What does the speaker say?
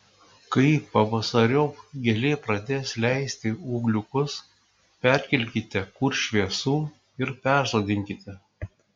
kai pavasariop gėlė pradės leisti ūgliukus perkelkite kur šviesu ir persodinkite